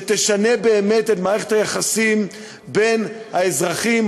שתשנה באמת את מערכת היחסים בין האזרחים,